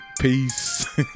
Peace